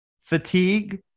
fatigue